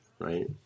right